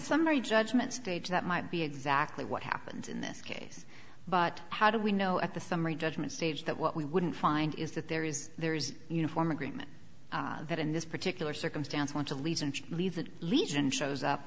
summary judgment stage that might be exactly what happens in this case but how do we know at the summary judgment stage that what we wouldn't find is that there is there is uniform agreement that in this particular circumstance want to leave and leave the legion shows up